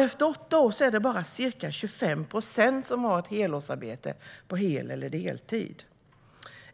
Efter åtta år är det bara ca 25 procent som har ett helårsarbete på hel eller deltid.